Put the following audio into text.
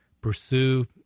pursue